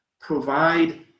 provide